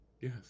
Yes